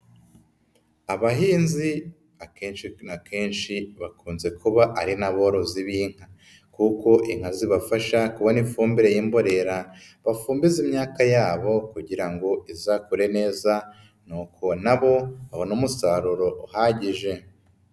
Abahinzi akenshi na kenshi bakunze kuba ari n'aborozi b'inka kuko inka zibafasha kubona ifumbire y'imborera, bafumbiza imyaka yabo kugira ngo izaku neza nuko na bo babone umusaruro uhagije.